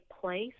place